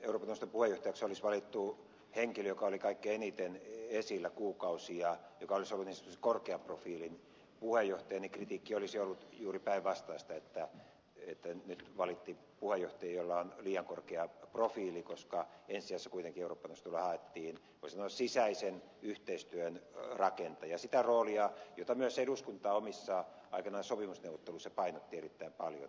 eurooppa neuvoston puheenjohtajaksi olisi valittu henkilö joka oli kaikkein eniten esillä kuukausia ja joka olisi ollut niin sanotusti korkean profiilin puheenjohtaja niin kritiikki olisi ollut juuri päinvastaista että nyt valittiin puheenjohtaja jolla on liian korkea profiili koska ensi sijassa kuitenkin eurooppa neuvostolle haettiin voisi sanoa sisäisen yhteistyön rakentajaa sitä puheenjohtajan roolia jota myös eduskunta aikanaan omissa sopimusneuvotteluissaan painotti erittäin paljon